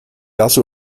also